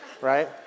right